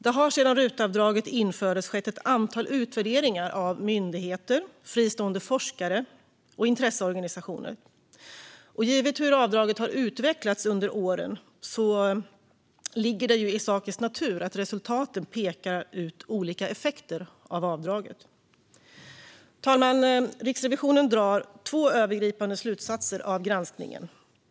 Det har sedan RUT-avdraget infördes skett ett antal utvärderingar av myndigheter, fristående forskare och intresseorganisationer. Givet hur avdraget har utvecklats under åren ligger det ju i sakens natur att resultaten pekar ut olika effekter av avdraget. Fru talman! Riksrevisionen drar två övergripande slutsatser av granskningen.